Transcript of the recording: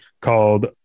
called